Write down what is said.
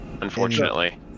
Unfortunately